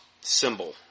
symbol